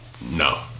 No